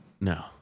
No